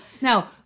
Now